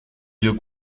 vieux